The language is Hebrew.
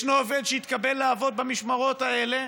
וישנו עובד שהתקבל לעבוד במשמרות האלה,